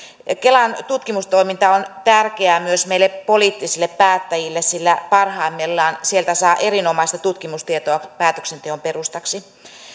kelan tutkimustoiminta on tärkeää myös meille poliittisille päättäjille sillä parhaimmillaan sieltä saa erinomaista tutkimustietoa päätöksenteon perustaksi